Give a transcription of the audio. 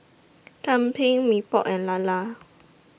Tumpeng Mee Pok and Lala